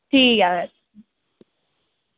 ठीक ऐ